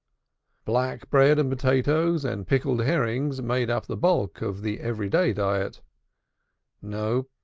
black bread and potatoes and pickled herrings made up the bulk of the every-day diet no,